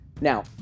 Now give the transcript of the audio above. Now